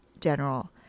general